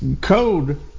code